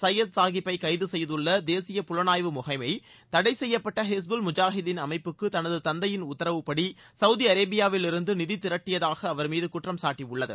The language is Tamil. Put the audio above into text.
சையத் சாஹிப் பை கைது செய்துள்ள தேசிய புலனாய்வு முகமை தடை செய்யப்பட்ட ஹிஸ்புல் முஜாஹிதின் அமைப்புக்கு தனது தந்தையின் உத்தரவுப்படி சவுதி அரேபியாவிலிருந்து நிதி திரட்டியதாக அவர் மீது குற்றம் சாட்டியுள்ளது